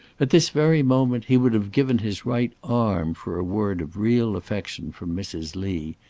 at this very moment he would have given his right arm for a word of real affection from mrs. lee.